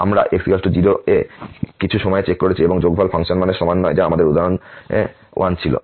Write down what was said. আমরা x 0 এ কিছু সময়ে চেক করেছি এবং যোগফল ফাংশন মানের সমান নয় যা আমাদের উদাহরণে 1 ছিল